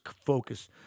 focus